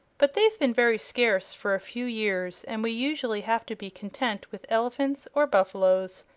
but they've been very scarce for a few years and we usually have to be content with elephants or buffaloes,